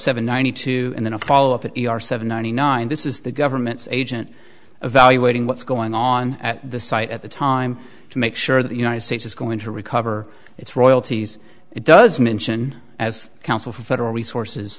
seven ninety two and then a follow up at seven ninety nine this is the government's agent evaluating what's going on at the site at the time to make sure that the united states is going to recover its royalties it does mention as counsel for federal resources